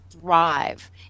thrive